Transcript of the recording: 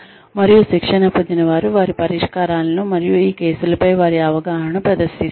మరియు శిక్షణ పొందినవారు వారి పరిష్కారాలను మరియు ఈ కేసులపై వారి అవగాహనను ప్రదర్శిస్తారు